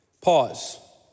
Pause